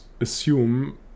assume